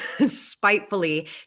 spitefully